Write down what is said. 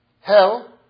hell